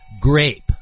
grape